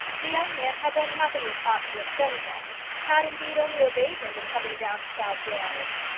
the young man had done nothing which ought to offend him had, indeed, only obeyed him in coming down to south wales.